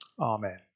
Amen